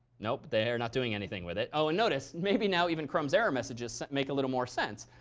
nope, they're not doing anything with it. oh and notice, maybe now even chrome's error messages make a little more sense.